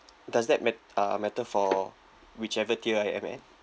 does that ma~ uh matter for whichever tier I am in